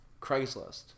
Craigslist